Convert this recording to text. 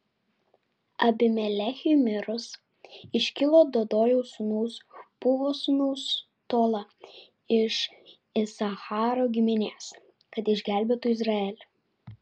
abimelechui mirus iškilo dodojo sūnaus pūvos sūnus tola iš isacharo giminės kad išgelbėtų izraelį